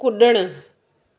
कुड॒णु